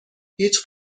هیچ